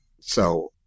so-